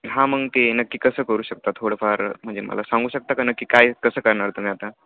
हां मग ते नक्की कसं करू शकता थोडंफार म्हणजे मला सांगू शकता का नक्की काय कसं करणार तुम्ही आता